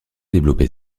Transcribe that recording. développé